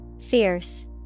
Fierce